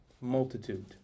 multitude